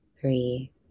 three